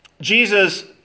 Jesus